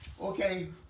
okay